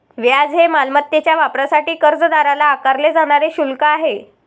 व्याज हे मालमत्तेच्या वापरासाठी कर्जदाराला आकारले जाणारे शुल्क आहे